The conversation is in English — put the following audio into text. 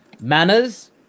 manners